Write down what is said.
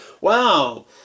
Wow